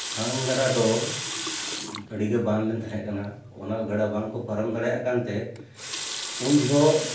ᱥᱟᱝ ᱜᱟᱰᱟ ᱫᱚ ᱟᱹᱰᱤᱜᱮ ᱵᱟᱱᱞᱮᱱ ᱛᱟᱦᱮᱸ ᱠᱟᱱᱟ ᱚᱱᱟ ᱜᱟᱰᱟ ᱵᱟᱝ ᱠᱚ ᱯᱟᱨᱚᱢ ᱫᱟᱲᱮᱭᱟᱜ ᱠᱟᱱᱛᱮ ᱩᱱ ᱡᱚᱠᱷᱨᱡ